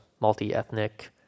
multi-ethnic